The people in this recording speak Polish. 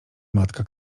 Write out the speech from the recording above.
matka